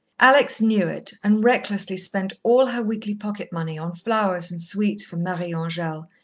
alex knew it, and recklessly spent all her weekly pocket-money on flowers and sweets for marie-angele,